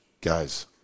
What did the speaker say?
guys